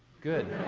good.